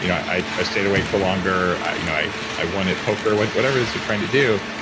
you know i i stayed awake for longer. you know i i wanted poker but whatever is they're trying to do.